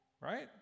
Right